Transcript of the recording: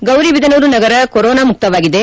ಗೌರಿಬಿದನೂರು ನಗರ ಕೊರೊನಾ ಮುಕ್ತವಾಗಿದೆ